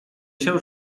się